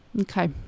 okay